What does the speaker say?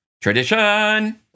Tradition